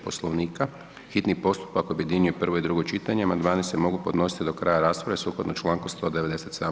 Poslovnika, hitni postupak objedinjuje prvo i drugo čitanje, amandmani se mogu podnositi do kraja rasprave sukladno čl. 197.